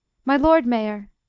my lord mayor,